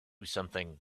something